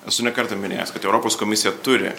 esu ne kartą minėjęs kad europos komisija turi